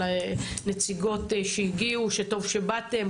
לנציגות שהגיעו וטוב שבאתן,